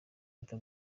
leta